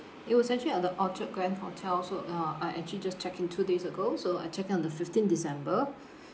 it was actually at the orchard grand hotel so uh I actually just checked in two days ago so I checked in on the fifteenth december